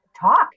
Talk